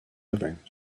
living